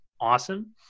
awesome